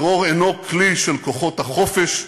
הטרור אינו כלי של כוחות החופש,